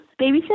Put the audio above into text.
babysitting